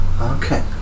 Okay